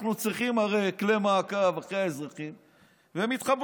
אנחנו צריכים הרי כלי מעקב אחרי האזרחים ומתחברים.